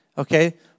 Okay